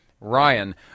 Ryan